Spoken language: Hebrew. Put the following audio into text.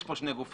יש פה שני גופים,